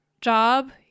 job